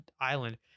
island